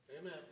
Amen